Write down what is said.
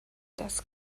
das